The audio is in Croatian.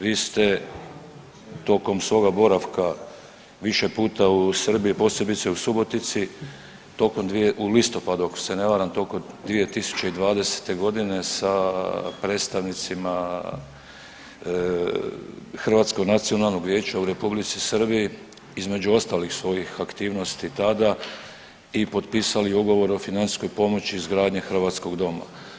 Vi ste tokom svoga boravka više puta u Srbiji, posebice u Subotici tokom .../nerazumljivo/... u listopadu, ako se ne varam tokom 2020. g. sa predstavnicima Hrvatskog nacionalnog vijeća u R. Srbiji između ostalih svojih aktivnosti tada i potpisali ugovor o financijskoj pomoći izgradnje Hrvatskog doma.